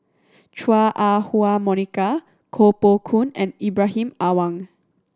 Chua Ah Huwa Monica Koh Poh Koon and Ibrahim Awang